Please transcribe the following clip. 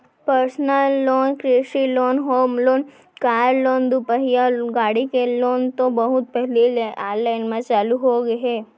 personal loan, कृषि loan, home loan, car loan, दुपहिया गाड़ी के लोन तो बहुत पहिली ले आनलाइन म चालू होगे हे